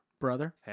brother